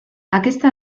aquesta